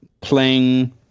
playing